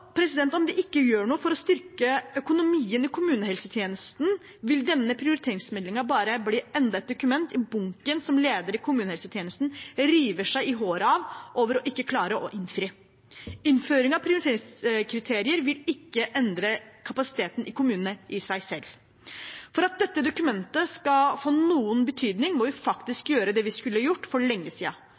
Om vi ikke gjør noe for å styrke økonomien i kommunehelsetjenesten, vil denne prioriteringsmeldingen bare bli enda et dokument i bunken som lederen i kommunehelsetjenesten river seg i håret over ikke å klare å innfri. Innføring av prioriteringskriterier vil ikke i seg selv endre kapasiteten i kommunene. For at dette dokumentet skal få noen betydning, må vi faktisk gjøre det vi skulle ha gjort for lenge